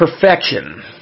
perfection